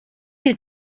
you